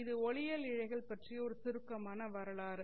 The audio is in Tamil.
இது ஒளியியல் இழைகள் பற்றிய ஒரு சுருக்கமான வரலாறு